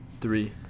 Three